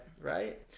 Right